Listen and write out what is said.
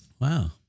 Wow